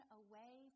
away